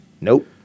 Nope